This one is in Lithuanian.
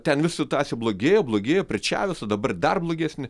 ten vis situacija blogėja blogėja prie čaveso dabar dar blogesnė